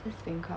just bankrupt